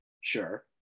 Sure